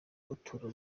utuntu